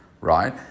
right